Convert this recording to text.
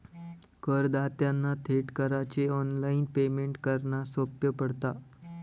करदात्यांना थेट करांचे ऑनलाइन पेमेंट करना सोप्या पडता